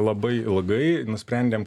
labai ilgai nusprendėm